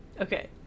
Okay